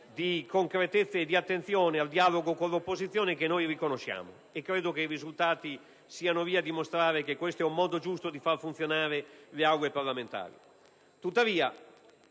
di concretezza e di attenzione al dialogo con l'opposizione che noi riconosciamo: credo che i risultati siano lì a dimostrare che questo è un modo giusto di far funzionare le Aule parlamentari.